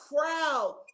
crowd